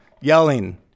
yelling